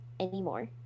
Anymore